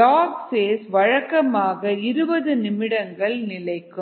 lock phase வழக்கமாக 20 நிமிடங்கள் நிலைக்கும்